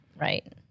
Right